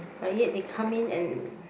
but yet they come in and